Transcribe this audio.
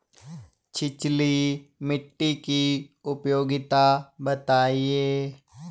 छिछली मिट्टी की उपयोगिता बतायें?